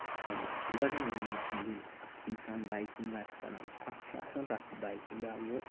گۄڈٕے ووٚن مےٚ ییٚلہِ اکھ اِنسان بایکِنگ آسہِ کران اکھ چھُ آسان رَف بایکِنگ بیاکھ گوٚو